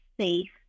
safe